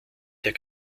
der